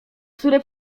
które